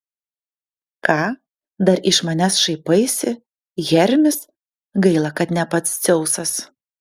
ką dar iš manęs šaipaisi hermis gaila kad ne pats dzeusas